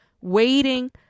Waiting